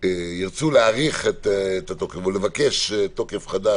ירצו להאריך תוקף או לבקש תוקף חדש,